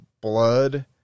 blood